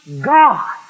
God